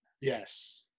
Yes